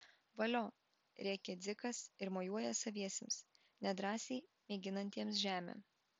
valio rėkia dzikas ir mojuoja saviesiems nedrąsiai mėginantiems žemę